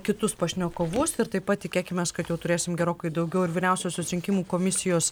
kitus pašnekovus ir taip pat tikėkimės kad jau turėsim gerokai daugiau ir vyriausiosios rinkimų komisijos